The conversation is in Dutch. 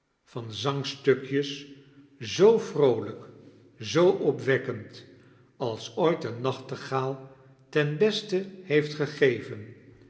van zangstukjes zoo vroolijk zoo opwekkend als ooit een nachtegaal ten beste heeft gegeven